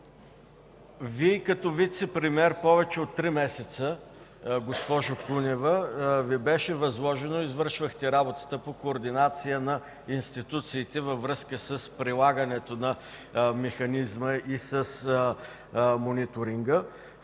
Вие като вицепремиер повече от три месеца, госпожо Кунева, Ви беше възложено и извършвахте работата по координация на институциите във връзка с прилагането на Механизма и с мониторинга,